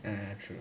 ya ya true